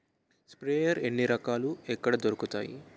Sprayer ఎన్ని రకాలు? ఎక్కడ దొరుకుతాయి?